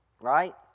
Right